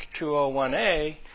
201A